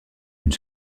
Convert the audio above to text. une